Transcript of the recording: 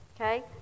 Okay